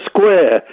Square